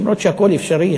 אף-על-פי שהכול אפשרי,